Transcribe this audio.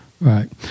Right